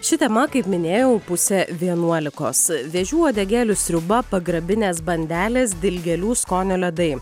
ši tema kaip minėjau pusė vienuolikos vėžių uodegėlių sriuba pagrabinės bandelės dilgėlių skonio ledai